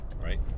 right